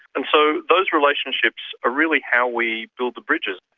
and so those relationships are really how we build the bridges.